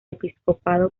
episcopado